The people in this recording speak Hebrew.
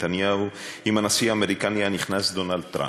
נתניהו עם הנשיא האמריקני הנכנס דונלד טראמפ.